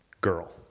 girl